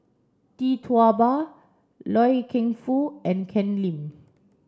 Tee Tua Ba Loy Keng Foo and Ken Lim